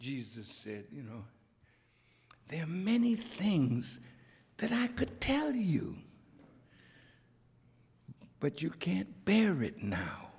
jesus said you know there are many things that i could tell you but you can't bear it now